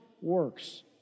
works